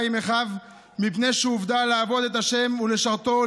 עם אחיו: מפני שהובדל לעבוד את ה' ולשרתו,